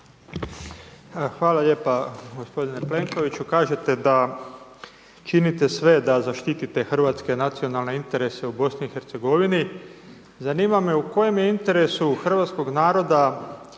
Hvala lijepa g. Plenkoviću, kažete da činite sve da zaštitite hrvatske nacionalne interese u BiH. Zanima me u kojem je interesu hrvatskog naroda